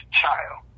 child